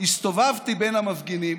הסתובבתי בין המפגינים